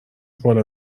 بالا